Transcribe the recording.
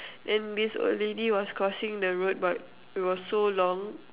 then this old lady was crossing the road but it was so long